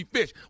Fish